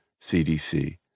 CDC